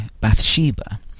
Bathsheba